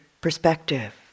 perspective